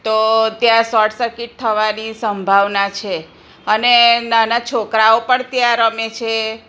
તો ત્યાં short circuit થવાની સંભાવના છે અને નાના છોકરાંઓ પણ ત્યાં રમે છે